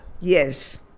Yes